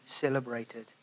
celebrated